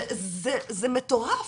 זה מטורף.